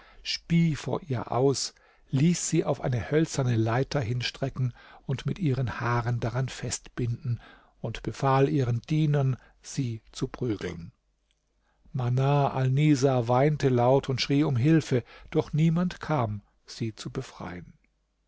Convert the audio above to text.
spie vor ihr aus ließ sie auf eine hölzerne leiter hinstrecken und mit ihren haaren daran festbinden und befahl ihren dienern sie zu prügeln manar alnisa weinte laut und schrie um hilfe doch niemand kam sie zu befreien